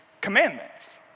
commandments